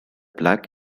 black